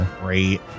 great